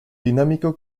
dinámico